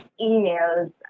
emails